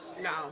No